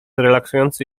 relaksujący